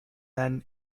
then